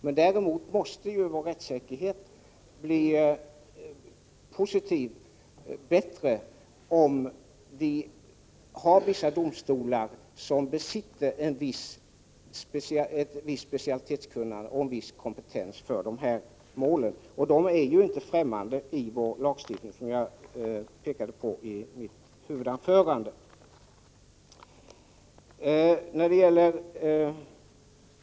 Men rättssäkerheten måste bli bättre om man har vissa domstolar som besitter ett specialistkunnande och en viss kompetens för dessa mål, och det är inte främmande i vår lagstiftning, som jag pekade på i mitt huvudanförande.